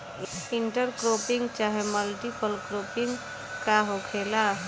Inter cropping चाहे multiple cropping का होखेला?